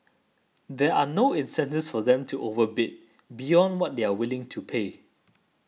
there are no incentives for them to overbid beyond what they are willing to pay